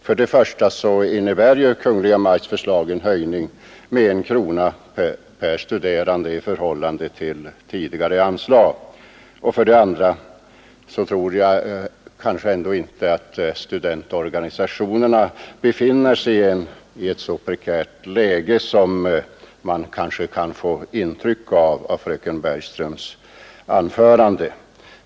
För det första innebär ju Kungl. Maj:ts förslag en höjning med 1 krona per studerande i förhållande till tidigare anslag. För det andra tror jag kanske ändå inte att studentorganisationerna befinner sig i ett så prekärt läge som fröken Bergströms anförande kanske kan ge ett intryck av.